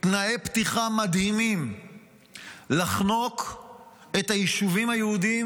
תנאי פתיחה מדהימים לחנוק את היישובים היהודיים